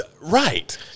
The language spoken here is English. right